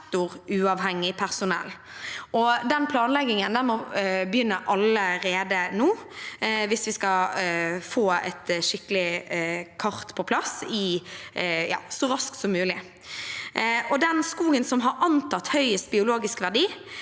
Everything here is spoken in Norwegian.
sektoruavhengig personell. Den planleggingen må begynne allerede nå hvis vi skal få et skikkelig kart på plass så raskt som mulig, og den skogen som har antatt høyest biologisk verdi,